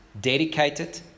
Dedicated